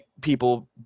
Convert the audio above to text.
people